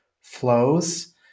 flows